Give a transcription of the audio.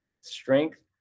strength